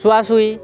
চুৱা চুই